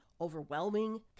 overwhelming